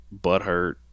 butthurt